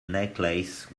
necklace